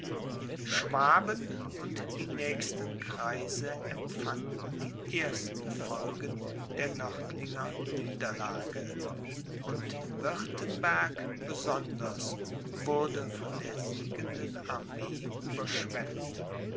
schwaben und die nächsten kreise empfanden die ersten folgen der nördlinger niederlage und wirtenberg besonders wurde von der siegenden armee überschwemmt